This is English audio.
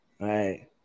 Right